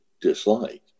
dislike